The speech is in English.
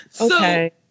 Okay